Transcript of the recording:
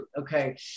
okay